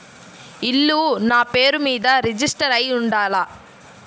ఇల్లు నాపేరు మీదే రిజిస్టర్ అయ్యి ఉండాల?